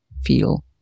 feel